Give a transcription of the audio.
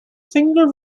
finger